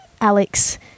Alex